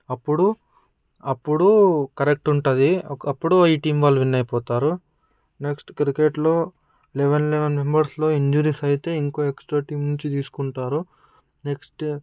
అప్పుడు అప్పుడు కరెక్ట్ ఉంటుంది ఒకప్పుడు ఈ టీం వాళ్ళు విన్ అయిపోతారు నెక్స్ట్ క్రికెట్లో లెవెన్ లెవెన్ మెంబెర్స్లో ఇంజురీస్ అయితే ఇంకో ఎక్స్ట్రా టీం నుంచి తీసుకుంటారు నెక్స్ట్